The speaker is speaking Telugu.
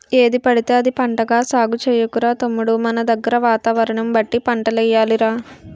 ఏదిపడితే అది పంటగా సాగు చెయ్యకురా తమ్ముడూ మనదగ్గర వాతావరణం బట్టి పంటలెయ్యాలి రా